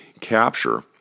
capture